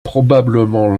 probablement